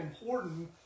important